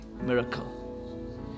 miracle